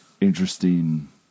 Interesting